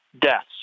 deaths